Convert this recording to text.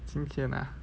今天啊